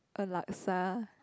a laksa